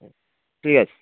ঠিক আছে